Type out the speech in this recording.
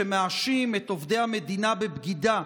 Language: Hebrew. שמאשים את עובדי המדינה בבגידה,